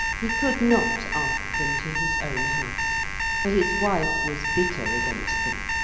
he could not ask them to his own house for his wife was bitter against them.